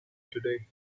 today